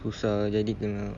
susah jadi kena